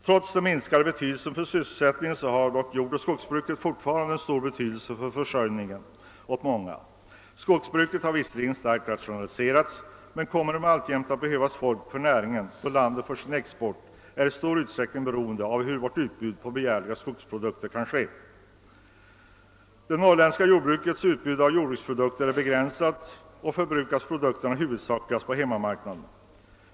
Trots den minskade betydelsen för sysselsättningen har dock jordoch skogsbruket fortfarande stor betydelse för försörjningen av många människor. Skogsbruket har visserligen starkt rationaliserats, men det kommer alltjämt att behövas folk för näringen, eftersom vårt land för sin export i stor utsträckning är beroende av hur vårt utbud på begärliga skogsprodukter kan ske. Det norrländska jordbrukets utbud av jordbruksprodukter är begränsat, och produkterna förbrukas huvudsakligen på hemmamarknaden.